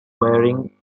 wearing